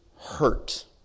hurt